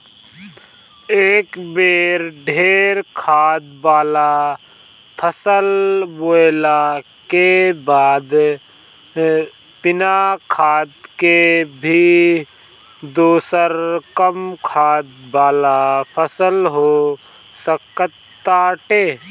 एक बेर ढेर खाद वाला फसल बोअला के बाद बिना खाद के भी दोसर कम खाद वाला फसल हो सकताटे